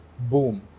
boom